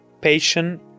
patient